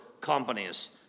companies